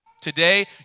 Today